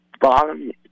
bottom